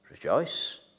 Rejoice